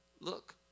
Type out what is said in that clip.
look